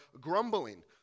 grumbling